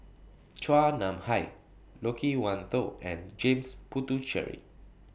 Chua Nam Hai Loke Wan Tho and James Puthucheary